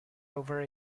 over